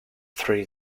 three